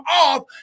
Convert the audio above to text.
off